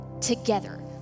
together